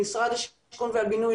למשרד השיכון והבינוי,